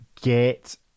get